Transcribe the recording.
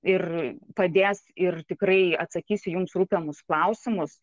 ir padės ir tikrai atsakys į jums rūpimus klausimus